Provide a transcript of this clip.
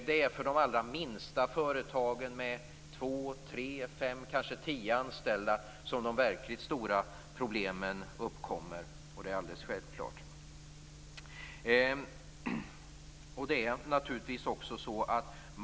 Det är för de allra minsta företagen med två, tre, fem eller kanske tio anställda som de verkligt stora problemen uppkommer, vilket är alldeles självklart.